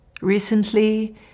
Recently